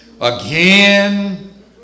Again